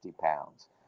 pounds